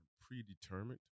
predetermined